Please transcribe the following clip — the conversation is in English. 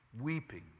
weeping